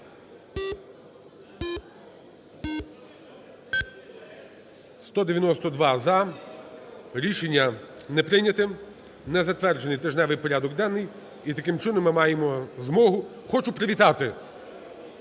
За-192 Рішення не прийнято. Не затверджений тижневий порядок денний. І, таким чином, ми маємо змогу… Хочу привітати